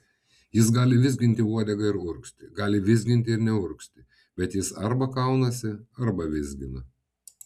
jis gali vizginti uodegą ir urgzti gali vizginti ir neurgzti bet jis arba kaunasi arba vizgina